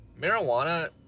Marijuana